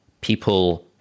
people